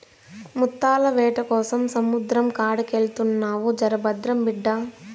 ముత్తాల వేటకోసం సముద్రం కాడికెళ్తున్నావు జర భద్రం బిడ్డా